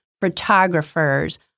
photographers